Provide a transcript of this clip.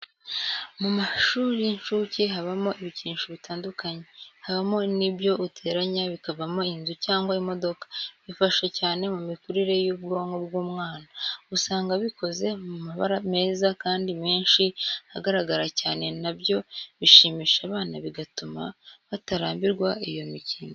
Mu mashuri y'incuke habamo ibikinisho bitandukanye, habamo n'ibyo uteranya bikavamo inzu cyangwa imodoka, bifasha cyane mu mikurire y'ubwonko bw'umwana. Usanga bikoze mu mabara meza kandi menshi agaragara cyane na byo bishimisha abana bigatuma batarambirwa iyo mikino.